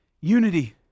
unity